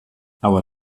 aber